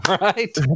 right